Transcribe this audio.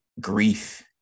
grief